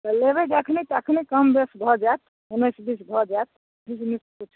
तऽ लेबै जखने तखने कम बेस भऽ जाएत उनैस बीस भऽ जाएत